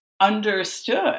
understood